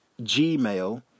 Gmail